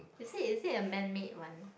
is it is it a man made [one]